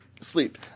sleep